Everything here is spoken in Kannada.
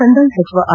ಕಂದಾಯ ಸಚಿವ ಆರ್